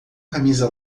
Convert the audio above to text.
camisa